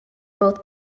both